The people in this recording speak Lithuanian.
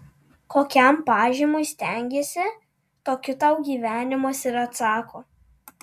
kokiam pažymiui stengiesi tokiu tau gyvenimas ir atsako